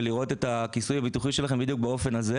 ולראות את הכיסוי הביטוחי שלכם בדיוק באופן הזה.